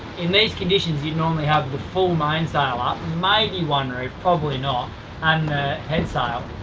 in these conditions, you normally have the full main sail up maybe one reeve probably not and the head sail,